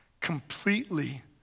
completely